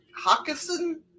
Hawkinson